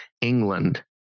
England